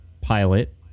Pilot